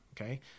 Okay